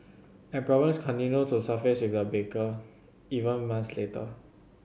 and problems continued to surface with the baker even month later